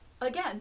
again